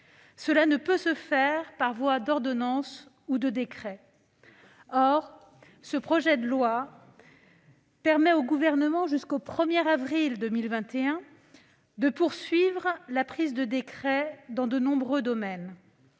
Cela ne peut se faire par voie d'ordonnance ou de décret. Or ce projet de loi permet au Gouvernement, jusqu'au 1 avril 2021, de poursuivre la prise de décret dans de nombreux domaines.